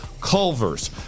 Culver's